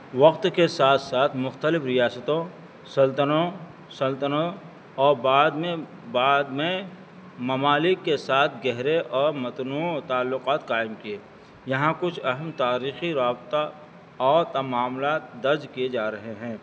وقت کے ساتھ ساتھ مختلف ریاستوں سلطنتوں سلطنتوں اور بعد میں بعد میں ممالک کے ساتھ گہرے اور متنوعہ تعلقات قائم کیے یہاں کچھ اہم تاریخی رابطہ اور معاملات درج کیے جا رہے ہیں